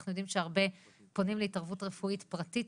אנחנו יודעים שהרבה פונים להתערבות רפואית פרטית